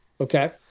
Okay